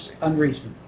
unreasonable